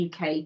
UK